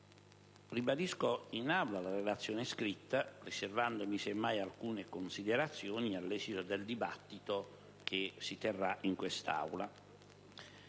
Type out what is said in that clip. ribadisco in Aula la relazione scritta, riservandomi semmai alcune considerazioni all'esito del dibattito che si terrà successivamente.